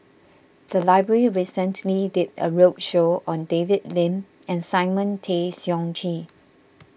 the library recently did a roadshow on David Lim and Simon Tay Seong Chee